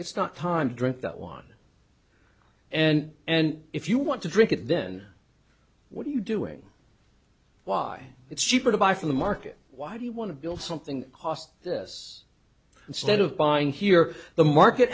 it's not time to drink that one and and if you want to drink it then what are you doing why it's cheaper to buy from the market why do you want to build something cost this instead of buying here the market